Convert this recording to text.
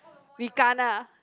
we kena